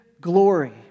glory